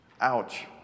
Ouch